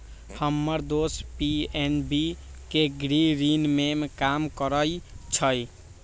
हम्मर दोस पी.एन.बी के गृह ऋण में काम करइ छई